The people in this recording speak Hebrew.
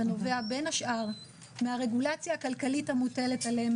הנובע בין השאר מהרגולציה הכלכלית המוטלת עליהם,